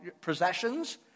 possessions